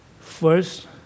First